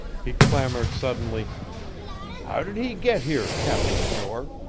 he clamored suddenly how did he get here, captain shore?